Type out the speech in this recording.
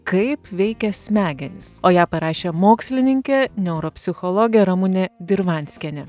kaip veikia smegenys o ją parašė mokslininkė neuropsichologė ramunė dirvanskienė